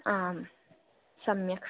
आं सम्यक्